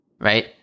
Right